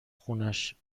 خونش